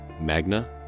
Magna